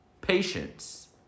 patience